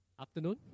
Afternoon